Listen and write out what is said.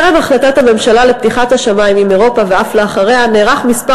טרם החלטת הממשלה לפתיחת השמים עם אירופה ואף לאחריה נערך מספר